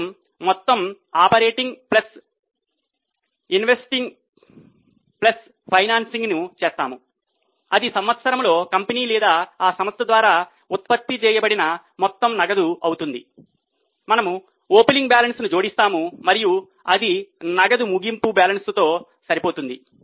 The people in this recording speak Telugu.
కాబట్టి మనము మొత్తం ఆపరేటింగ్ ప్లస్ ఇన్వెస్టింగ్ ప్లస్ ఫైనాన్సింగ్ను చేస్తాము అది సంవత్సరంలో కంపెనీ లేదా ఆ సంస్థ ద్వారా ఉత్పత్తి చేయబడిన మొత్తం నగదు అవుతుంది మనము ఓపెనింగ్ బ్యాలెన్స్ను జోడిస్తాము మరియు అది నగదు ముగింపు బ్యాలెన్స్తో సరిపోతుంది